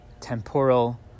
temporal